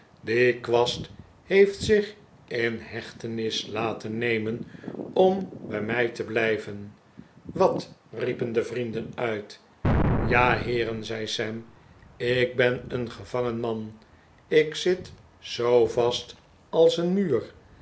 die kwast heeft zich in hechtenis laten nemen om bij mij te blijven wat riepen de vrienden uit ja heeren zei sam ik ben een gevangen man ik zit zoo vast als een muur